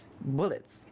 bullets